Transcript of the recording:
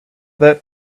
that